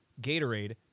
Gatorade